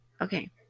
Okay